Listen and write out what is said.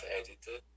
edited